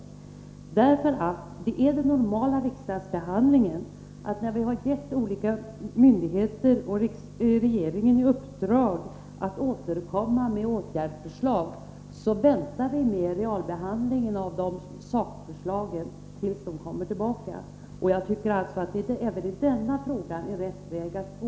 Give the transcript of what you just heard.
Normal riksdagsbehandling är nämligen att när vi har gett olika myndigheter och regeringen i uppdrag att återkomma med förslag till åtgärder, så väntar vi med realbehandlingen av sakförslagen tills ärendet kommer tillbaka. Jag tycker att det även i denna fråga är rätt väg att gå.